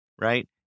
right